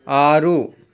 ఆరు